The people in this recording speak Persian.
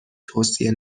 توصیه